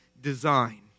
design